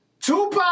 Tupac